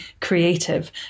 creative